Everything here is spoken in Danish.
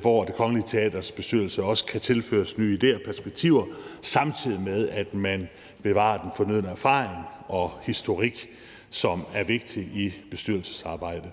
hvor Det Kongelige Teaters bestyrelse kan tilføres nye idéer og perspektiver, samtidig med at man bevarer den fornødne erfaring og historik, som er vigtig i bestyrelsesarbejdet.